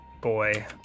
boy